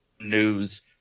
news